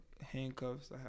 handcuffs